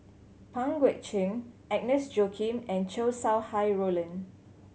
Pang Guek Cheng Agnes Joaquim and Chow Sau Hai Roland